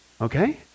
okay